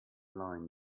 align